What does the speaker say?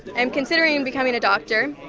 i'm considering becoming a doctor,